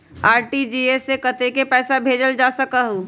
RTGS से कतेक पैसा भेजल जा सकहु???